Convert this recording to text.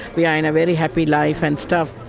we are in a very happy life and stuff.